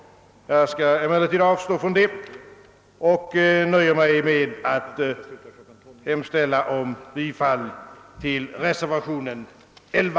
Jag skall avstå från det och nöjer mig med att hemställa om bifall till reservationen 11.